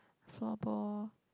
floor ball